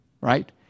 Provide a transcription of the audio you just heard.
right